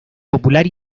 popular